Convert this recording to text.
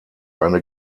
eine